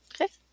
Okay